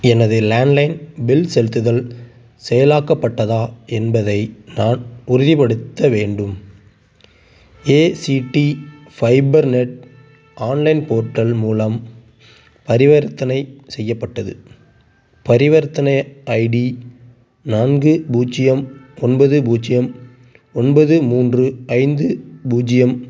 எனது landline bill செலுத்துதல் செயலாக்கப்பட்டதா என்பதை நான் உறுதிப்படுத்த வேண்டும் ACT fibre net online portal மூலம் பரிவர்த்தனை செய்யப்பட்டது பரிவர்த்தனை ஐடி நான்கு பூஜ்ஜியம் ஒன்பது பூஜ்ஜியம் ஒன்பது மூன்று ஐந்து பூஜ்ஜியம்